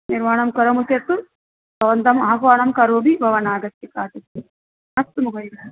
निर्माणं करोमि चेत् भवन्तम् आह्वानं करोमि भवान् आगच्छतु अस्तु महोदय